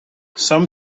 some